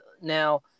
Now